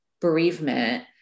bereavement